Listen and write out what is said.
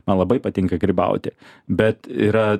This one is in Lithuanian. man labai patinka grybauti bet yra